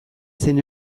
zen